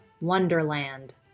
Wonderland